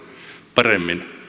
paremmin